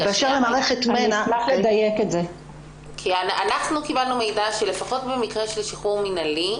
אנחנו קיבלנו מידע שלפחות במקרה של שחרור מינהלי,